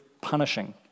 punishing